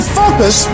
focus